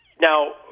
Now